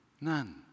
None